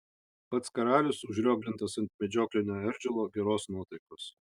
pats karalius užrioglintas ant medžioklinio eržilo geros nuotaikos